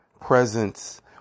presence